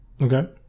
Okay